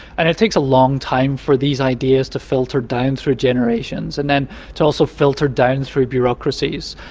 and it takes a long time for these ideas to filter down through generations, and then to also filter down through bureaucracies.